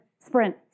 sprint